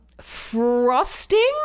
frosting